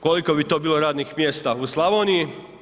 Koliko bi to bilo radnih mjesta u Slavoniji?